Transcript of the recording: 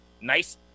nice